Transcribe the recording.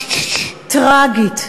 טרגית,